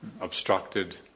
obstructed